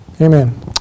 Amen